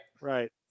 Right